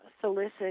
solicit